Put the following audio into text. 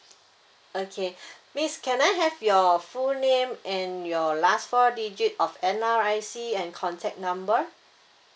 okay miss can I have your full name and your last four digit of N_R_I_C and contact number